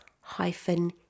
hyphen